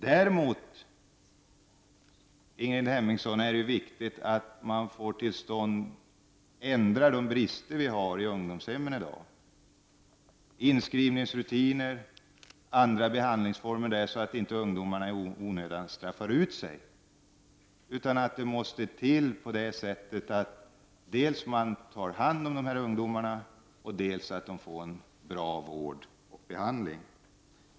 Däremot är det viktigt, Ingrid Hemmingsson, att få bort bristerna i ungdomshemmen, genom att ändra bl.a. inskrivningsrutiner och andra behandlingsformer, så att ungdomarna inte i onödan straffar ut sig. Man måste dels ta hand om ungdomarna, dels se till att de får en bra vård och behandling.